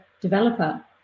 developer